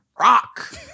rock